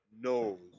knows